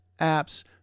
apps